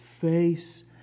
face